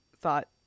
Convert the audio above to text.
thought